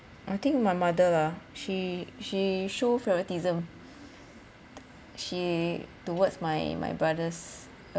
I think my mother lah she she show favouritism she towards my my brothers